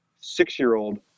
six-year-old